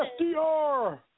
FDR